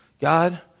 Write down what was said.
God